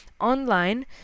Online